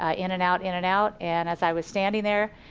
ah in and out, in and out, and as i was standing there,